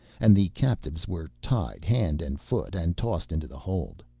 and the captives were tied hand and foot and tossed into the hold.